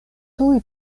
tuj